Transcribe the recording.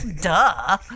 Duh